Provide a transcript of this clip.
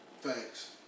Thanks